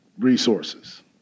resources